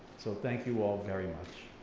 so thank you all very much.